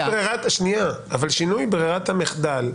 אבל שינוי ברירת המחדל,